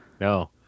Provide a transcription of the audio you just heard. no